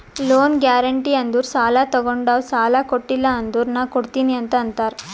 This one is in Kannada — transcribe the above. ಲೋನ್ ಗ್ಯಾರೆಂಟಿ ಅಂದುರ್ ಸಾಲಾ ತೊಗೊಂಡಾವ್ ಸಾಲಾ ಕೊಟಿಲ್ಲ ಅಂದುರ್ ನಾ ಕೊಡ್ತೀನಿ ಅಂತ್ ಅಂತಾರ್